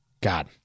God